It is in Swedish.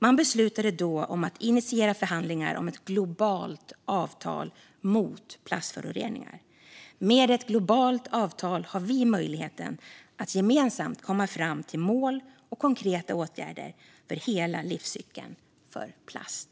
Man beslutade då om att initiera förhandlingar om ett globalt avtal mot plastföroreningar. Med ett globalt avtal har vi möjligheten att gemensamt komma fram till mål och konkreta åtgärder för hela livscykeln för plast.